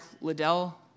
Liddell